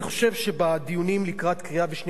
אני חושב שבדיונים לקראת קריאה ראשונה,